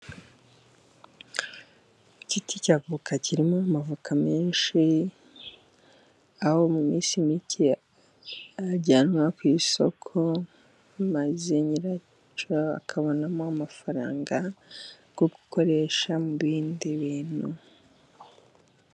Igiti cya voka kirimo amavoka menshi， aho mu minsi mike arajyanwa ku isoko， maze nyiracyo akabonamo amafaranga，yo gukoresha mu bindi bintu.